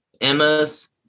Emma's